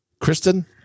Kristen